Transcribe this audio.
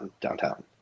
downtown